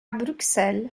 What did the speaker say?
bruxelles